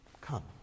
come